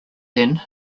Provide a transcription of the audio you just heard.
then